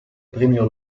premio